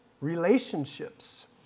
relationships